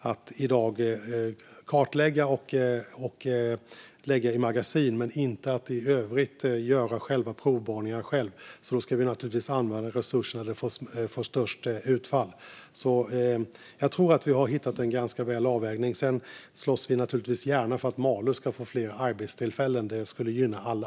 att kartlägga och lägga i magasin men inte att göra själva provborrningarna. Då ska vi naturligtvis använda resurserna där de får störst utfall. Jag tror att vi har hittat en ganska bra avvägning där. Sedan slåss vi naturligtvis gärna för att Malå ska få fler arbetstillfällen. Det skulle gynna alla.